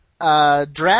draft